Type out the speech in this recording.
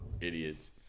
idiots